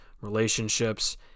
relationships